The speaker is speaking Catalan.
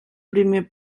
primer